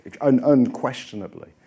unquestionably